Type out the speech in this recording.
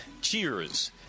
Cheers